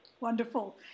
Wonderful